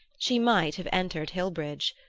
she might have entered hillbridge.